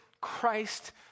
Christ